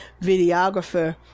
videographer